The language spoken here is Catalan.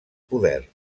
poder